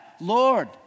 Lord